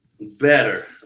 Better